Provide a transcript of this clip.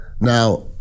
Now